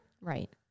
Right